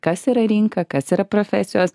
kas yra rinka kas yra profesijos